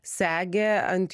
segė ant